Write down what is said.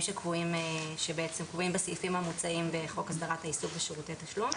שקבועים בסעיפים המוצעים בחוק הסדרת העיסוק בשירותי תשלום.